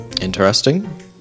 Interesting